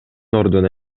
ордуна